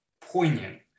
poignant